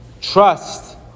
Trust